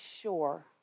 sure